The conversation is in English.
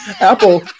Apple